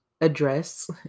address